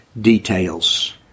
details